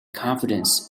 confidence